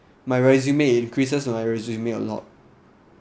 my resume increases on my resume a lot